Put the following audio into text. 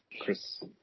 Chris –